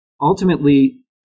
ultimately